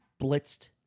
blitzed